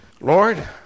Lord